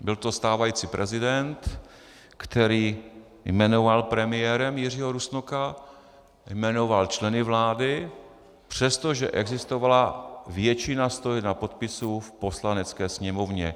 Byl to stávající prezident, který jmenoval premiérem Jiřího Rusnoka, jmenoval členy vlády, přestože existovala většina 101 podpisu v Poslanecké sněmovně.